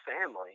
family